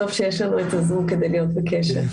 טוב שיש לנו את ה-זום כדי להיות בקשר.